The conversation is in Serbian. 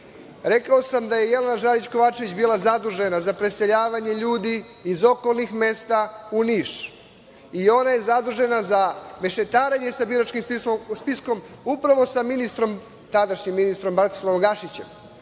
Rekao sam da je Jelena Žarić Kovačević bila zadužena za preseljavanje ljudi iz okolnih mesta u Niš. Ona je zadužena za mešetarenje sa biračkim spiskom upravo sa tadašnjim ministrom Bratislavom Gašićem.